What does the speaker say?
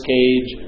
Cage